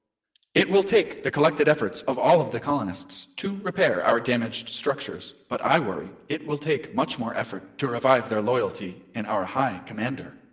it will take the collected efforts of all of the colonists to repair our damaged structures, but i worry it will take much more effort to revive their loyalty in our high commander